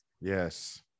Yes